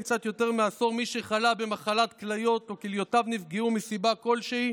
מי שחלה במחלת כליות או כליותיו נפגעו מסיבה כלשהי,